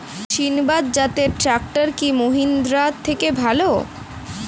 সিণবাদ জাতের ট্রাকটার কি মহিন্দ্রার থেকে ভালো?